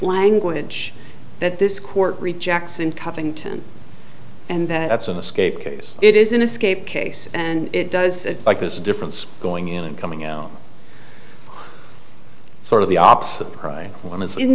language that this court rejects in covington and that it's an escape case it is an escape case and it does like this difference going in and coming out sort of the opposite prime